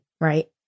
right